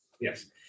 Yes